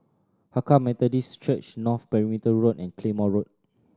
Hakka Methodist Church North Perimeter Road and Claymore Road